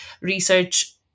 research